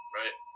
right